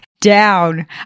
down